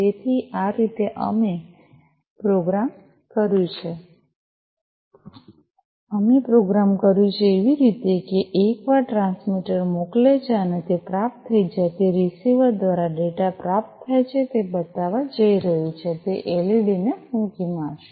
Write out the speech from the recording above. તેથી આ રીતે અમે પ્રોગ્રામ કર્યું છે કે અમે પ્રોગ્રામ કર્યું છે એવી રીતે કે એકવાર ટ્રાન્સમીટર મોકલે છે અને તે પ્રાપ્ત થઈ જાય છે તે રીસીવર દ્વારા ડેટા પ્રાપ્ત થાય છે તે બતાવવા જઈ રહ્યું છે તે એલઇડીને ફૂંકી મારશે